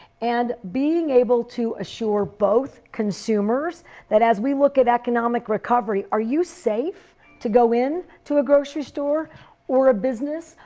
and being able to assure both consumers that as we look at economic recovery, are you safe to go in to a grocery store or business?